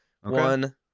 One